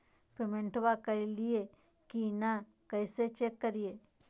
पेमेंटबा कलिए की नय, कैसे चेक करिए?